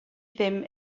ddim